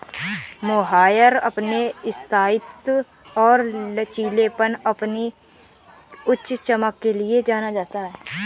mohair अपने स्थायित्व और लचीलेपन और अपनी उच्च चमक के लिए जाना जाता है